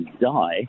die